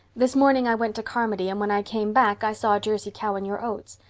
this morning i went to carmody and when i came back i saw a jersey cow in your oats.